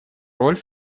роль